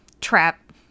trap